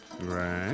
Right